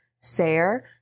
Sayer